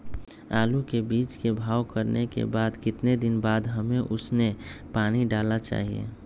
आलू के बीज के भाव करने के बाद कितने दिन बाद हमें उसने पानी डाला चाहिए?